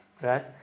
right